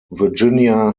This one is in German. virginia